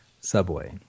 Subway